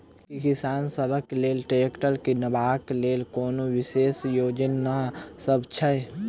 की किसान सबहक लेल ट्रैक्टर किनबाक लेल कोनो विशेष योजना सब छै?